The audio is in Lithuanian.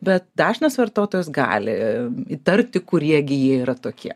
bet dažnas vartotojas gali įtarti kurie gi jie yra tokie